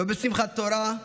לא בשמחת תורה,